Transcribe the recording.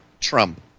Trump